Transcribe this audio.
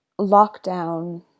lockdown